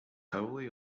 heavily